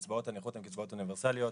קצבאות הנכות הן קצבאות אוניברסליות,